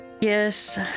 Yes